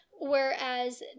whereas